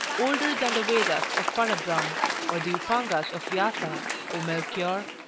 older than the vedas of para-brahm or the up-angas of vyasa, o melchior